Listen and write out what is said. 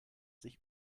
sich